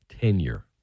Tenure